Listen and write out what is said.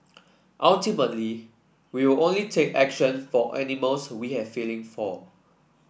ultimately we will only take action for animals we have feeling for